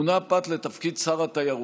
מונה פת לתפקיד שר התיירות,